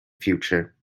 future